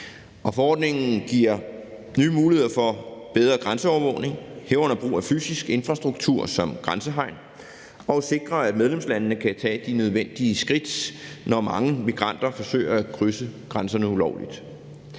Forordningen giver nye muligheder for bedre grænseovervågning, herunder brug af fysisk infrastruktur som grænsehegn, og sikrer, at medlemslandene kan tage de nødvendige skridt, når mange migranter forsøger at krydse grænserne ulovligt.